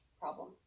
problem